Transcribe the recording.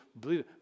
believe